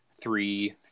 three